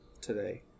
Today